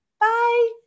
Bye